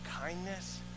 kindness